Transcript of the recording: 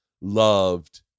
loved